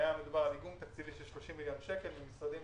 מדובר על איגום תקציבי של 30 מיליון שקל למשרדים